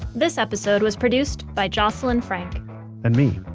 this episode was produced by jocelyn frank and me.